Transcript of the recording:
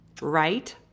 Right